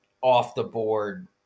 off-the-board